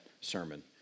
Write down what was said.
sermon